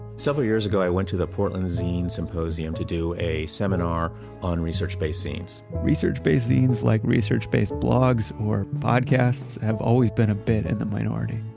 several years ago, i went to the portland zine symposium to do a seminar on research-based zines research-based zines, like research-based blogs or podcasts, have always been a bit in and the minority.